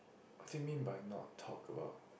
what do you mean by not talk about